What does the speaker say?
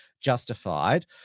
justified